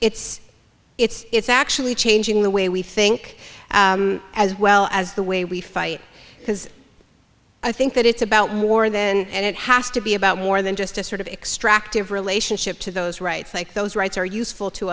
it's it's it's actually changing the way we think as well as the way we fight because i think that it's about war then and it has to be about more than just a sort of extractive relationship to those rights like those rights are useful to